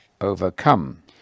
overcome